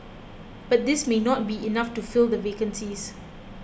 but this may not be enough to fill the vacancies